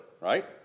right